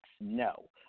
No